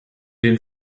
den